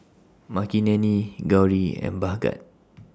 Makineni Gauri and Bhagat